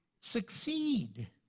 succeed